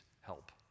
help